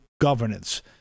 governance